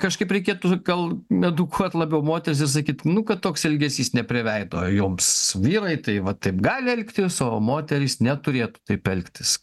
kažkaip reikėtų gal edukuot labiau moteris ir sakyt nu kad toks elgesys ne prie veido joms vyrai tai va taip gali elgtis o moterys neturėtų taip elgtis